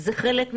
זה חלק מבריאות,